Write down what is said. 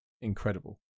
incredible